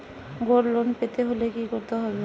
Gold loan পেতে হলে কি করতে হবে?